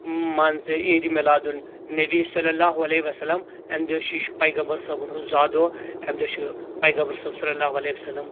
مان ژٕ عید میلادُن نبی صلی اللہ علیہ وسلم امہِ دۄہ چھُ یہِ چھُ پیغمبر صٲبن ہُنٛد زا دۄہ امہِ دۄہ چھِ ہیغمبر صٲب صلی اللہ علیہ وسلم